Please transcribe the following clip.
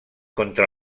contra